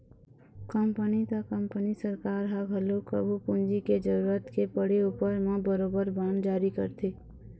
company त company सरकार ह घलोक कभू पूंजी के जरुरत के पड़े उपर म बरोबर बांड जारी करथे